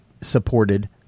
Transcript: supported